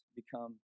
become